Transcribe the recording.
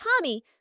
Tommy